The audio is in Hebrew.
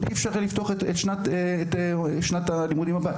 אי אפשר יהיה לפתוח את שנת הלימודים הבאה.